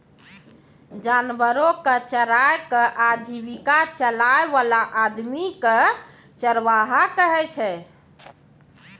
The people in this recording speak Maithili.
जानवरो कॅ चराय कॅ आजीविका चलाय वाला आदमी कॅ चरवाहा कहै छै